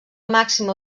màxima